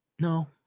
No